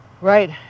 Right